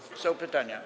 Są pytania.